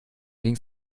ging